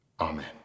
Amen